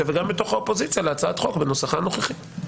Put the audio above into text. וגם בתוך האופוזיציה להצעת החוק בנוסחה הנוכחי.